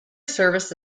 service